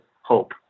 hope